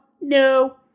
No